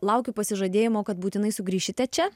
laukiu pasižadėjimo kad būtinai sugrįšite čia